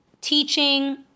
teaching